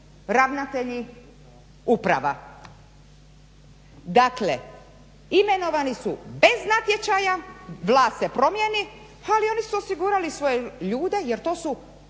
ravnatelji uprava. Dakle imenovani su bez natječaja, vlast se promijeni ali oni su osigurali svoje ljude jer to su